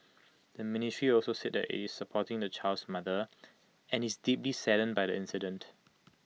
the ministry also said that IT is supporting the child's mother and is deeply saddened by the incident